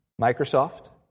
Microsoft